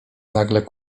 nagle